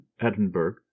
Edinburgh